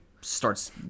starts